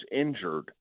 injured